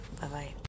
Bye-bye